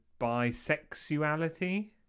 bisexuality